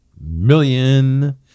million